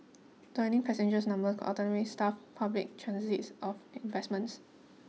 dwindling passengers numbers could ultimately starve public transit of investments